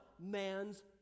man's